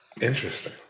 interesting